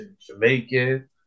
Jamaican